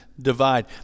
divide